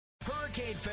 Hurricane